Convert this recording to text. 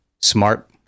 smart